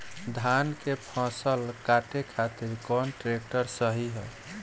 धान के फसल काटे खातिर कौन ट्रैक्टर सही ह?